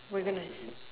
we're gonna